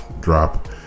drop